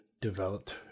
developed